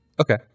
Okay